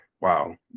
Wow